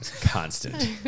constant